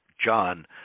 John